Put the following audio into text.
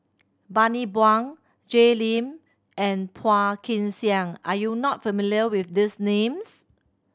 Bani Buang Jay Lim and Phua Kin Siang are you not familiar with these names